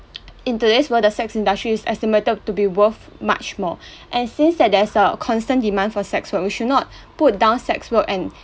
in today's world the sex industry is estimated to be worth much more and since that there's a constant demand for sex work we should not put down sex work and